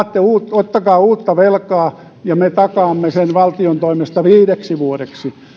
ottakaa uutta velkaa ja me takaamme sen valtion toimesta viideksi vuodeksi